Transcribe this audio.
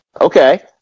Okay